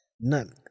None